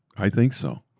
i think so,